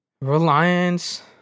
Reliance